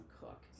cook